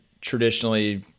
traditionally